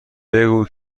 بگو